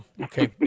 Okay